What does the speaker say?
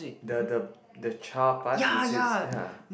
the the the charred part is this ya